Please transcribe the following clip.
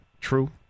true